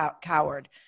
coward